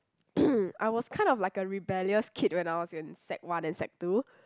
I was kind of like a rebellious kid when I was in sec one and sec two